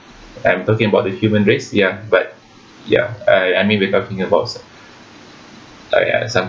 I'm talking about the human race ya but ya I I mean we're talking about some~